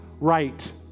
right